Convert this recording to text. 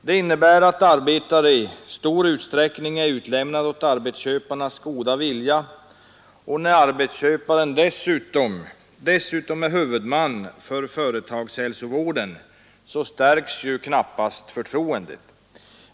Det innebär att arbetarna i stor utsträckning är utlämnade åt arbetsköparnas goda vilja; och när arbetsköparen dessutom är huvudman för företagshälsovården stärks knappast förtroendet.